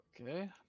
Okay